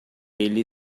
ele